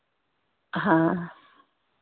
हाँ